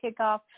kickoff